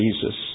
Jesus